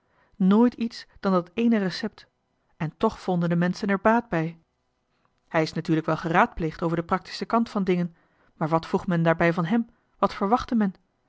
nooit iets dan dat ééne recept en toch vonden de menschen er baat bij hij is natuurlijk johan de meester de zonde in het deftige dorp wel geraadpleegd over de praktische kant van dingen maar wat vroeg men daarbij van hem wat verwachtte men